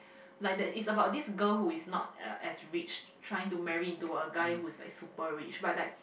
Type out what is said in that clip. like that is about this girl who is not as rich trying to marry into a guy who is like super rich